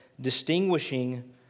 distinguishing